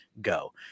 go